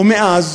ומאז